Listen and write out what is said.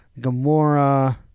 Gamora